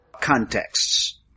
contexts